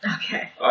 Okay